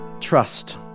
Trust